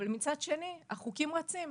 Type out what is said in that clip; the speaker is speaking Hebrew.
אבל מצד שני החוקים רצים.